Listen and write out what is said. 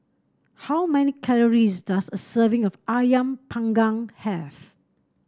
how many calories does a serving of ayam Panggang have